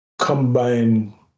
combine